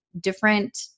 different